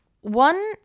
One